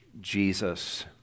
Jesus